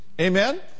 Amen